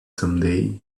someday